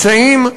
נמצאים,